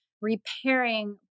repairing